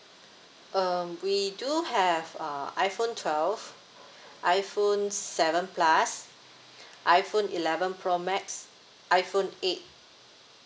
um we do have uh iphone twelve iphone seven plus iphone eleven pro max iphone eight